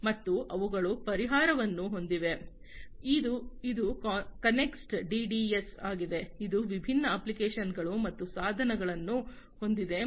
ಮತ್ತು ಅವುಗಳು ಪರಿಹಾರವನ್ನು ಹೊಂದಿವೆ ಇದು ಕನೆಕ್ಸ್ಟ್ ಡಿಡಿಎಸ್ ಆಗಿದೆ ಇದು ವಿಭಿನ್ನ ಅಪ್ಲಿಕೇಶನ್ಗಳು ಮತ್ತು ಸಾಧನಗಳನ್ನು ಹೊಂದಿದೆ ಮತ್ತು